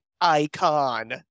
icon